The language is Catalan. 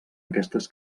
aquestes